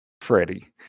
Freddie